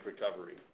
recovery